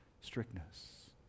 strictness